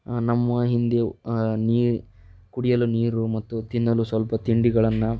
ನಮ್ಮ ಹಿಂದೆ ನೀ ಕುಡಿಯಲು ನೀರು ಮತ್ತು ತಿನ್ನಲು ಸ್ವಲ್ಪ ತಿಂಡಿಗಳನ್ನು